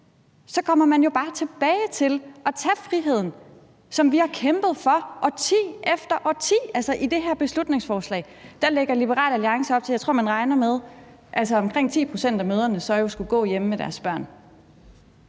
så kommer man jo bare tilbage til at tage friheden, som vi har kæmpet for årti efter årti. Altså, i det her beslutningsforslag lægger Liberal Alliance op til noget – jeg tror, at man regner med, at omkring 10 pct. af mødrene jo så skulle gå hjemme med deres børn.